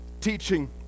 teaching